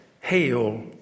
Hail